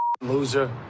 loser